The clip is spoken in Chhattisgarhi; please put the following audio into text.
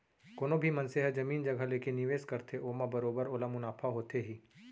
कोनो भी मनसे ह जमीन जघा लेके निवेस करथे ओमा बरोबर ओला मुनाफा होथे ही